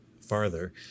farther